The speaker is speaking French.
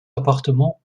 appartements